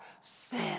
sin